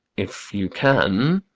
if you can,